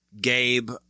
Gabe